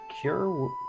Cure